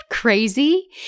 crazy